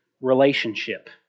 relationship